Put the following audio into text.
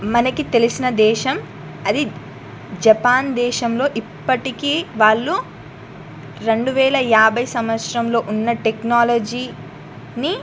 మనకి తెలిసిన దేశం అది జపాన్ దేశంలో ఇప్పటికీ వాళ్ళు రెండు వేల యాభై సంవత్సరంలో ఉన్న టెక్నాలజీని